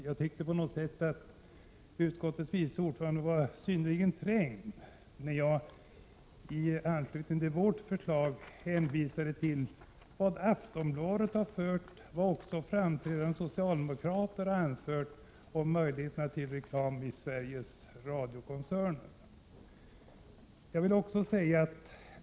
Jag tycker att utskottets vice ordförande var synnerligen trängd när jag i anslutning till vårt förslag hänvisade till vad Aftonbladet skrivit och framträdande socialdemokrater anfört om möjligheterna till reklam i Sveriges Radio.